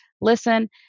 listen